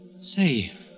Say